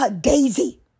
Daisy